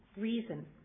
reason